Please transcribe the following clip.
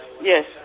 Yes